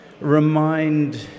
remind